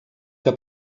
que